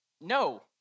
no